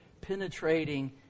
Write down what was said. penetrating